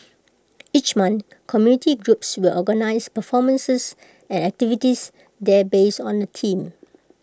each month community groups will organise performances and activities there based on A theme